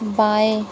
बाएँ